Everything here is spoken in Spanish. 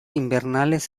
invernales